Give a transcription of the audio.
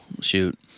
shoot